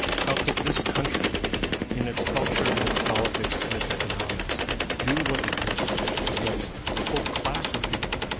how could this country in its culture, in its politics, in its economics do what it did against a whole class of people?